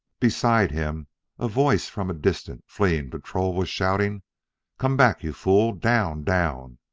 beside him a voice from a distant, fleeing patrol was shouting come back, you fool! down! down!